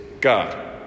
God